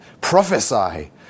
prophesy